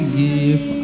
give